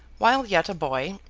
while yet a boy,